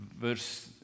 verse